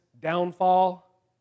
downfall